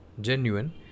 genuine